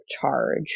charge